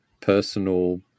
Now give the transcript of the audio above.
personal